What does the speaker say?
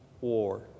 War